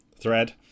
thread